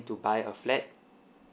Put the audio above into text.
to buy a flat